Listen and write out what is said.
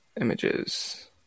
images